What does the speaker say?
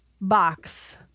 box